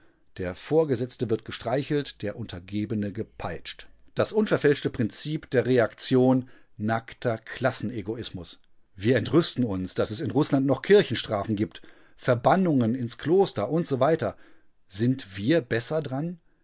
der vorgesetzte wird gestreichelt der untergebene gepeitscht das unverfälschte prinzip der reaktion nackter klassenegoismus wir entrüsten uns daß es in rußland noch kirchenstrafen gibt verbannungen ins kloster usw sind wir besser daran